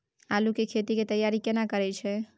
आलू के खेती के तैयारी केना करै छै?